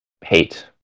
hate